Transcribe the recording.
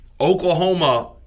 Oklahoma